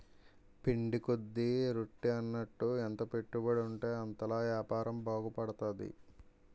పిండి కొద్ది రొట్టి అన్నట్టు ఎంత పెట్టుబడుంటే అంతలా యాపారం బాగుపడతది